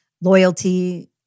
loyalty